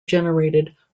generated